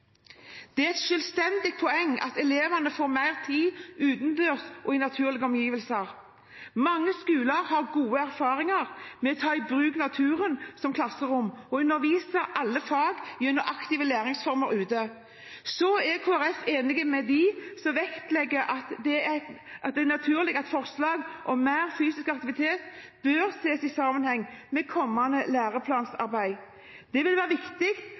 Det er et selvstendig poeng at elevene får mer tid utendørs og i naturlige omgivelser. Mange skoler har gode erfaringer med å ta i bruk naturen som klasserom og undervise i alle fag gjennom aktive læringsformer ute. Kristelig Folkeparti er enig med dem som vektlegger at det er naturlig at forslag om mer fysisk aktivitet bør ses i sammenheng med kommende læreplanarbeid. Det vil være viktig